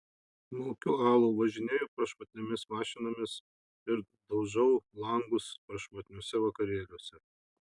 maukiu alų važinėju prašmatniomis mašinomis ir daužau langus prašmatniuose vakarėliuose